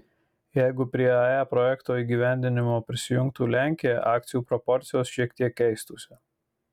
jeigu prie ae projekto įgyvendinimo prisijungtų lenkija akcijų proporcijos šiek tiek keistųsi